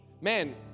man